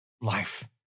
life